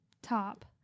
Top